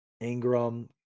Ingram